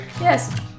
Yes